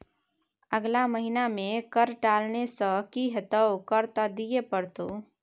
अगला महिना मे कर टालने सँ की हेतौ कर त दिइयै पड़तौ